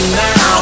now